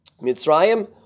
mitzrayim